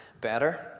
better